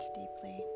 deeply